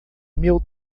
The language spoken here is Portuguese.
meu